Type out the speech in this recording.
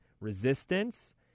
resistance